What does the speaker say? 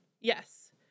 Yes